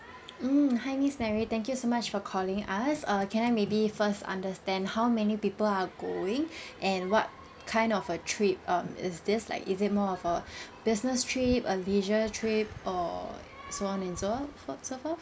mm hi miss mary thank you so much for calling us err can I maybe first understand how many people are going and what kind of a trip um is this like is it more of a business trip a leisure trip or so on and so forth so forth